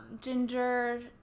ginger